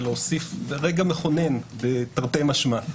ולהוסיף - רגע מכונן תרתי משמע.